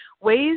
ways